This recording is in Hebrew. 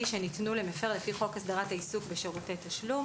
שניתנו למפר לפי חוק הסדרת העיסוק בשירותי תשלום".